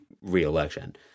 reelection